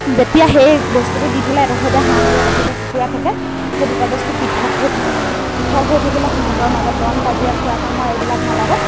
যেতিয়া সেই বস্তুটো দি থ'লে এটা চাইডে হাঁহ আৰু এটা ছাইডে কুকুৰা থাকে সেই দুটা বস্তু পৃথক হৈ থাকে পৃথক হৈ থাকিলে সিহঁতৰ মাজত দন কাজিয়া খোৱা কামোৰা এইবিলাক নালাগে